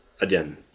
again